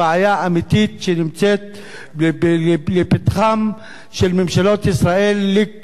שנמצאת לפתחן של ממשלות ישראל לדורותיהן,